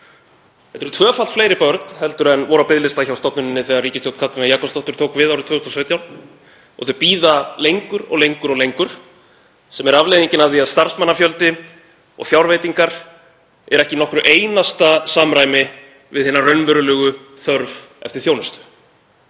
Þetta eru tvöfalt fleiri börn en voru á biðlista hjá stofnuninni þegar ríkisstjórn Katrínar Jakobsdóttur tók við árið 2017. Þau bíða lengur og lengur, sem er afleiðingin af því að starfsmannafjöldi og fjárveitingar eru ekki í nokkru einasta samræmi við hina raunverulegu þörf eftir þjónustu.